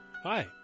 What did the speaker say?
Hi